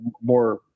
more